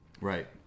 right